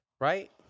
Right